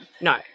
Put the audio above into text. no